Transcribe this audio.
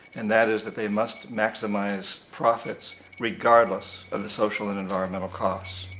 and that is that they must maximize profits regardless of the social and environmental costs.